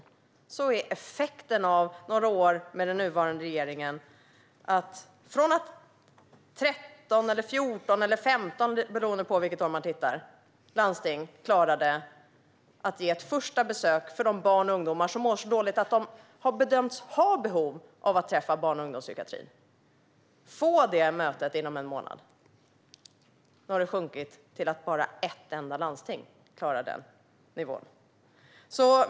Men detta är effekten av några år med den nuvarande regeringen: Förut var det 13, 14 eller 15 landsting - det beror på vilket år man tittar på - som klarade av att erbjuda ett första besök inom en månad till de barn och ungdomar som mådde så dåligt att de bedömts ha behov av att komma till barn och ungdomspsykiatrin. Nu har det sjunkit - det är bara ett enda landsting som klarar den nivån.